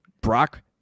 Brock